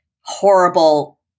horrible